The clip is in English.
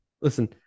Listen